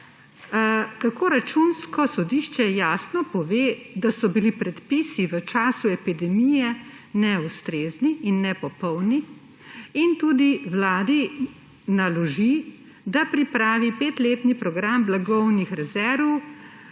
kako Računsko sodišče jasno pove, da so bili predpisi v času epidemije neustrezni in nepopolni, in tudi Vladi naloži, da pripravi petletni program blagovnih rezerv,